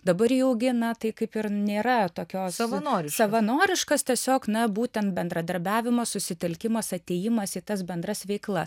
dabar jau ilgi metai kaip ir nėra tokios savanoriškos tiesiog na būtent bendradarbiavimas susitelkimas atėjimas į tas bendras veiklas